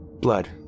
Blood